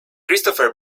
christopher